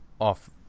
off